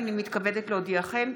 הינני מתכבדת להודיעכם,